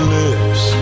lips